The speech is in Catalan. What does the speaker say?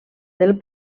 del